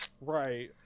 right